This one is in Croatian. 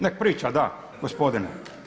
Nek priča da gospodine.